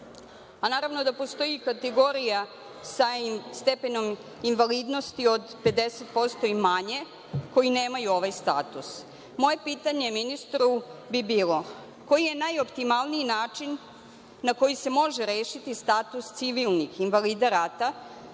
Naravno da postoji i kategorija sa stepenom invalidnosti od 50% i manje koji nemaju ovaj status. Moje pitanje ministru bi bilo - koji je najoptimalniji način na koji se može rešiti status civilnih invalida rata